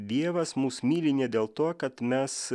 dievas mus myli ne dėl to kad mes